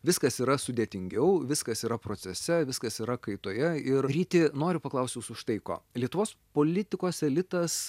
viskas yra sudėtingiau viskas yra procese viskas yra kaitoje ir ryti noriu paklaust jūsų štai ko lietuvos politikos elitas